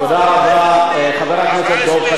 זה אומר שאין להן מצפון.